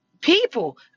people